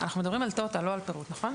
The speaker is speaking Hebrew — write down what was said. אנחנו מדברים על טוטאל ולא על פירוט, נכון?